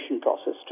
process